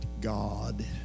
God